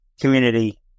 community